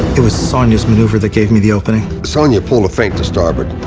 it was sonya's maneuver that gave me the opening. sonya pulled a feint to starboard.